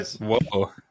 Whoa